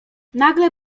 nagle